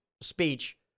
speech